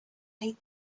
hate